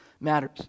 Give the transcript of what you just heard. matters